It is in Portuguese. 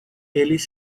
eles